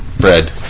bread